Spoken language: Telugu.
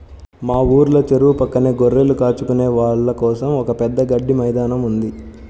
మా ఊర్లో చెరువు పక్కనే గొర్రెలు కాచుకునే వాళ్ళ కోసం ఒక పెద్ద గడ్డి మైదానం ఉంది